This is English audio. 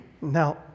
Now